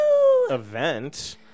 event